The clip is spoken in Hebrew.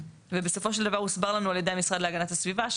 ובסופו של דבר הוסבר לנו על ידי המשרד להגנת הסביבה,